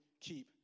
keep